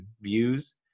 views